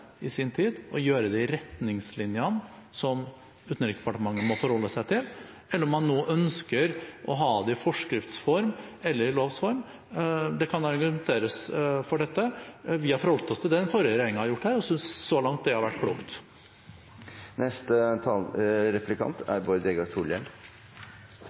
i sin tid, å følge de retningslinjene som Utenriksdepartementet må forholde seg til, eller om man skal ha det i forskrifts eller lovs form. Det kan argumenteres for dette. Vi har forholdt oss til det den forrige regjeringen har gjort her, og synes så langt at det har vært